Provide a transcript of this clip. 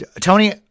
Tony